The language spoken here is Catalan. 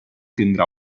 tindrà